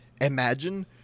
imagine